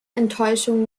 enttäuschung